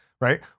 right